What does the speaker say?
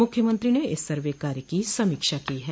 मुख्यमंत्री ने इस सर्वे कार्य की समीक्षा की है